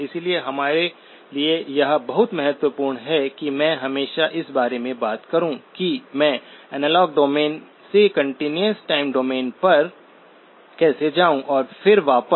इसलिए हमारे लिए यह बहुत महत्वपूर्ण है कि मैं हमेशा इस बारे में बात करूं कि मैं एनालॉग डोमेन से कंटीन्यूअस टाइम डोमेन पर कैसे जाऊं और फिर वापस